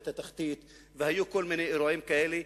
התחתית והיו כל מיני אירועים כאלה.